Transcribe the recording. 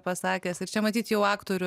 pasakęs ir čia matyt jau aktorių